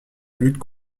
lutte